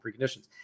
preconditions